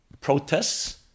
protests